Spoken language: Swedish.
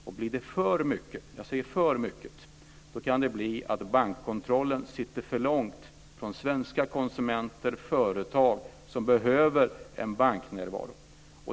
Och blir det för mycket - jag säger för mycket - kan det bli så att bankkontrollen finns för långt från svenska konsumenter och företag som behöver en banknärvaro.